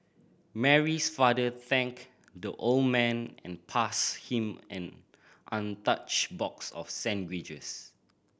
Mary's father thanked the old man and passed him an untouched box of sandwiches